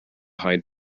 hyde